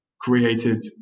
created